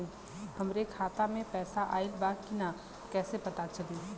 हमरे खाता में पैसा ऑइल बा कि ना कैसे पता चली?